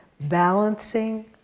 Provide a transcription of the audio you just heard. Balancing